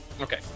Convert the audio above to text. Okay